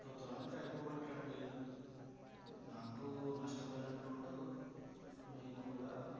two థౌజండ్కి అయిపోగొట్టండి నాకు నష్టపోయినట్టు ఉండదు మీకు కూడా